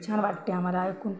खूप छान वाटते आम्हाला ऐकून